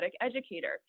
educator